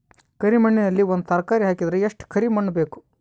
ಕರಿ ಮಣ್ಣಿನಲ್ಲಿ ಒಂದ ತರಕಾರಿ ಹಾಕಿದರ ಎಷ್ಟ ಕರಿ ಮಣ್ಣು ಬೇಕು?